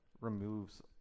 removes